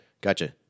Gotcha